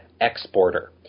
exporter